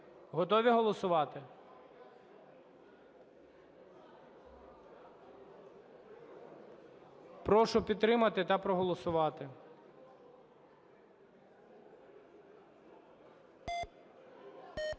Готові голосувати? Прошу підтримати та проголосувати.